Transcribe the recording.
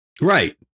Right